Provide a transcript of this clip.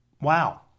Wow